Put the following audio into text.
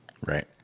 Right